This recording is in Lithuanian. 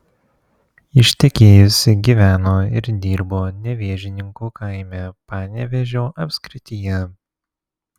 ištekėjusi gyveno ir dirbo nevėžninkų kaime panevėžio apskrityje